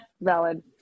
valid